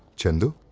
chandu.